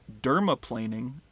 dermaplaning